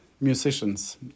musicians